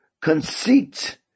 conceit